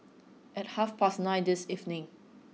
at half past nine this evening